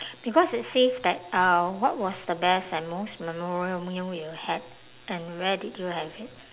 because it says that uh what was the best and most memorial meal you had and where did you have it